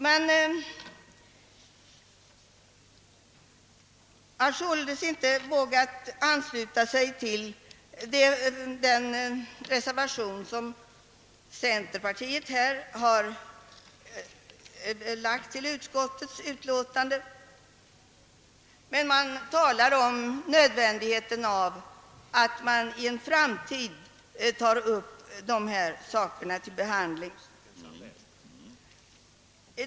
De har således inte vågat ansluta sig till den reservation, som centerpartiet har avgivit, men de talar om nödvändigheten av att i en framtid ta upp frågan till ny behandling.